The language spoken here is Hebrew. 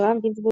אברהם גינזבורג,